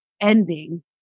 ending